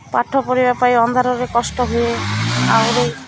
ପାଠ ପଢ଼ିବା ପାଇଁ ଅନ୍ଧାରରେ କଷ୍ଟ ହୁଏ ଆହୁରି